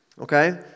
okay